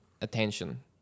attention